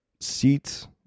seats